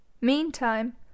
Meantime